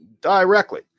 directly